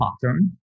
pattern